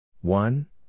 One